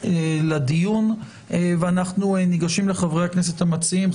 אנחנו ניגשים לחברי הכנסת המציעים.